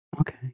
Okay